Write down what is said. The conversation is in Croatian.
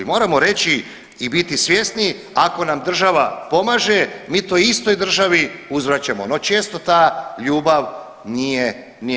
Moramo reći i biti svjesni ako nam država pomaže, mi toj istoj državi uzvraćamo, no često ta ljubav nije